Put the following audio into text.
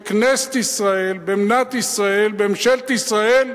בכנסת ישראל, במדינת ישראל, בממשלת ישראל,